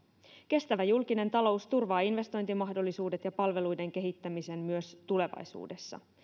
kestävä julkinen talous turvaa investointimahdollisuudet ja palveluiden kehittämisen myös tulevaisuudessa